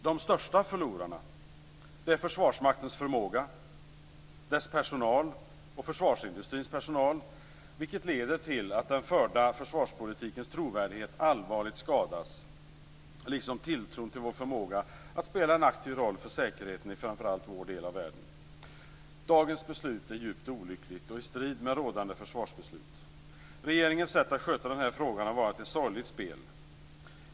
De största förlorarna är Försvarsmaktens förmåga och dess personal samt försvarsindustrins personal. Detta leder till att den förda försvarspolitikens trovärdighet allvarligt skadas, liksom tilltron till vår förmåga att spela en aktiv roll för säkerheten i framför allt vår del av världen. Dagens beslut är djupt olyckligt och i strid med rådande försvarsbeslut. Regeringens sätt att sköta den här frågan har varit ett sorgligt spel.